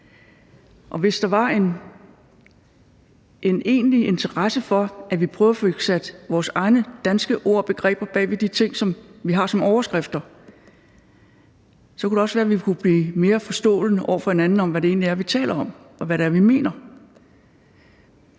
hvis der var en egentlig interesse for, at vi prøvede at få sat vores egne danske ord og begreber bag ved de ting, som vi har som overskrifter, så kunne det også være, vi kunne blive mere forstående over for hinanden, i forhold til hvad det egentlig er, vi taler om, og hvad det er, vi mener.